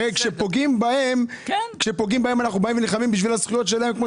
הרי כשפוגעים בהם אנחנו באים ונלחמים בשביל הזכויות שלהם כמו